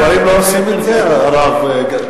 גברים לא עושים את זה, הרב?